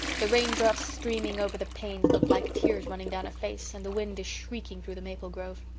the raindrops streaming over the panes look like tears running down a face, and the wind is shrieking through the maple grove.